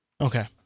Okay